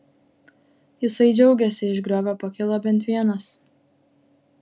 jisai džiaugėsi iš griovio pakilo bent vienas